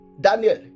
Daniel